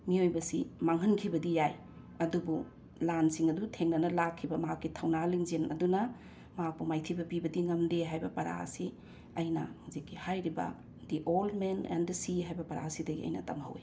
ꯃꯤꯑꯣꯏꯕꯁꯤ ꯃꯥꯡꯍꯟꯈꯤꯕꯗꯤ ꯌꯥꯏ ꯑꯗꯨꯕꯨ ꯂꯥꯟꯁꯤꯡ ꯑꯗꯨ ꯊꯦꯡꯅꯅ ꯂꯥꯛꯈꯤꯕ ꯃꯍꯥꯛꯀꯤ ꯊꯧꯅꯥ ꯂꯤꯡꯖꯦꯟ ꯑꯗꯨꯅ ꯃꯍꯥꯛꯄꯨ ꯃꯥꯏꯊꯤꯕ ꯄꯤꯕ ꯉꯝꯗꯦ ꯍꯥꯏꯕ ꯄꯔꯥ ꯑꯁꯤ ꯑꯩꯅ ꯍꯧꯖꯤꯛꯀꯤ ꯍꯥꯏꯔꯤꯕ the old man and the sea ꯍꯥꯏꯕ ꯄꯔꯥꯁꯤꯗꯒꯤ ꯑꯩꯅ ꯇꯝꯍꯧꯋꯤ